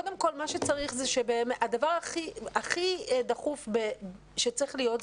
הדבר הכי דחוף שצריך להיות,